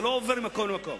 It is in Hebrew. זה לא עובר ממקום למקום.